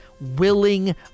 willing